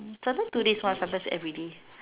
sometimes two days once sometimes everyday